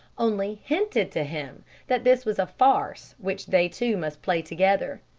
only hinted to him that this was a farce which they two must play together.